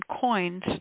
coins